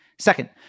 Second